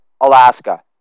Alaska